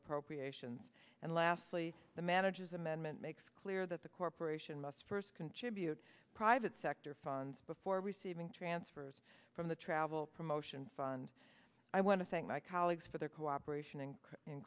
appropriations and lastly the manager's amendment makes clear that the corporation must first contribute private sector funds before receiving transfers from the travel promotion fund i want to thank my colleagues for their cooperation and